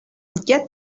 get